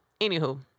anywho